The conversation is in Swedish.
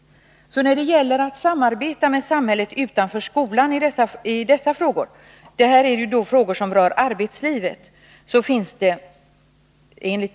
Enligt min uppfattning finns det stora möjligheter att samarbeta med samhället utanför skolan i dessa frågor, som ju rör arbetslivet.